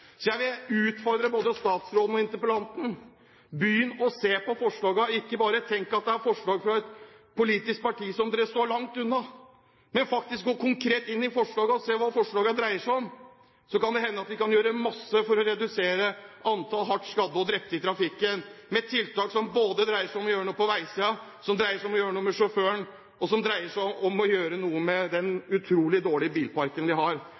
Så jeg vil utfordre både statsråden og interpellanten: Begynn å se på forslagene, ikke bare tenk at det er forslag fra et politisk parti som dere står langt unna. Ved faktisk å gå konkret inn i forslagene og se hva forslagene dreier seg om, kan det hende at vi kan gjøre masse for å redusere antallet hardt skadde og drepte i trafikken, med tiltak som både dreier seg om å gjøre noe på veisiden, som dreier seg om å gjøre noe med sjåføren, og som dreier seg om å gjøre noe med den utrolig dårlige bilparken vi har.